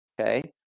okay